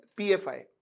pfi